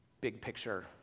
big-picture